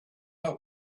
there